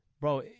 Bro –